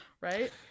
right